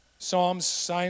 psalms